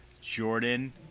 Jordan